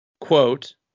quote